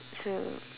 so